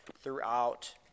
throughout